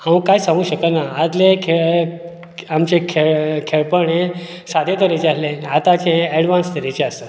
हांव कांयच सांगू शकना आदले खेळ आमचे खेळ खेळपण हे सादे तरेचे आसले आताचे हे एडवांस तरेचे आसा